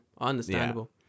understandable